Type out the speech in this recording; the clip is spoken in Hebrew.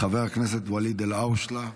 חבר הכנסת ואליד אלהאושלה,